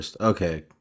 okay